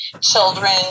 children